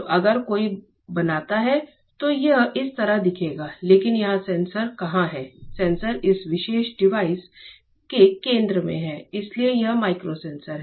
तो अगर कोई बनाता है तो यह इस तरह दिखेगा लेकिन यहां सेंसर कहां है सेंसर इस विशेष डिवाइस के केंद्र में है इसलिए यह माइक्रो सेंसर है